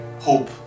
hope